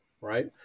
right